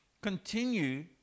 Continue